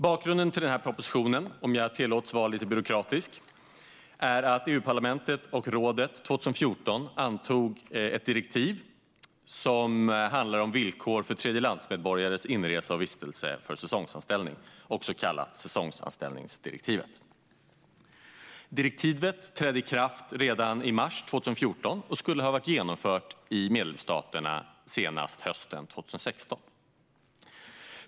Bakgrunden till den här propositionen, om jag tillåts vara lite byråkratisk, är att EU-parlamentet och rådet 2014 antog ett direktiv som handlar om villkor för tredjelandsmedborgares inresa och vistelse för säsongsanställning, också kallat säsongsanställningsdirektivet. Direktivet trädde i kraft redan i mars 2014 och skulle ha varit genomfört i medlemsstaterna senast hösten 2016.